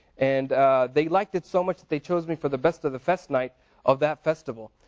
and they liked it so much they chose me for the best of the fest night of that festival.